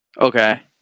Okay